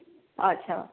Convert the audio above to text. अच्छा